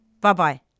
Bye-bye